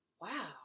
Wow